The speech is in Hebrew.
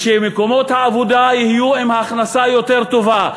ושמקומות העבודה יהיו עם הכנסה יותר טובה.